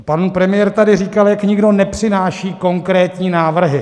Pan premiér tady říkal, jak nikdo nepřináší konkrétní návrhy.